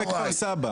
וגם בכפר סבא.